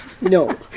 no